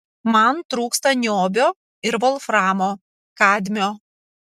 man trūksta niobio ir volframo kadmio